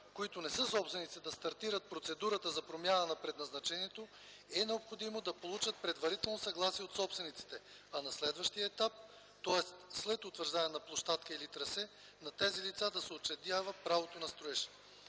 които не са собственици, да стартират процедурата за промяна на предназначението, е необходимо да получат предварително съгласие от собствениците, а на следващия етап, тоест след утвърждаване на площадка или трасе, на тези лица да се учредява правото на строеж.